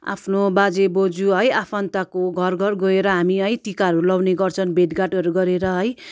आफ्नो बाजे बोजू है आफन्तको घर घर गएर हामी है टिकाहरू लगाउने गर्छन् भेटघाटहरू गरेर है